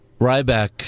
Ryback